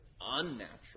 unnatural